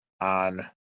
on